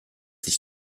sich